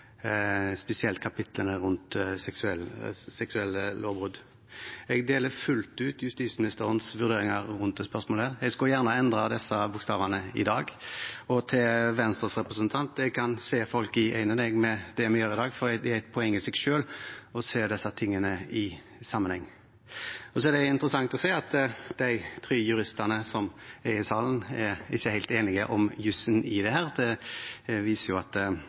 spesielt å se på kapitlene om seksuallovbrudd. Jeg deler fullt ut justisministeren vurderinger knyttet til dette spørsmålet. Jeg skulle gjerne ha endret disse bokstavene i dag. Til Venstres representant: Jeg kan se folk i øynene etter det vi gjør i dag, for det er et poeng i seg selv å se dette i sammenheng. Det er også interessant å se at de tre juristene som er i salen, ikke er helt enige om jussen i dette. Det viser jo at